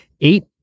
eight